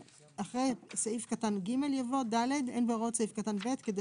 אחרי סעיף קטן (ג) יבוא: "(ד)אין בהוראות סעיף קטן (ב) כדי